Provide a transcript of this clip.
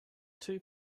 two